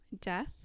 death